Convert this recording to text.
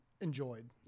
enjoyed